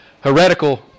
heretical